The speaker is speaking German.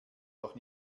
doch